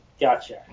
Gotcha